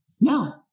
No